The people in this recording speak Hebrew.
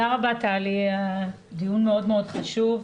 תודה רבה טלי, הדיון מאוד מאוד חשוב.